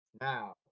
Now